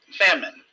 Famine